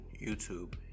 YouTube